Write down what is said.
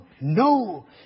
No